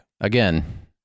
Again